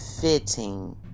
fitting